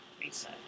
research